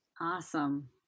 Awesome